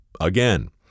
Again